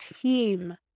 team